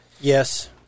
Yes